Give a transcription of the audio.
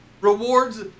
Rewards